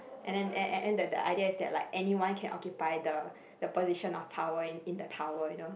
and then and and and the the idea is that like anyone can occupy the the position of power in in the tower you know